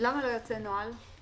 יצא נוהל.